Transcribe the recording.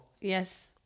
Yes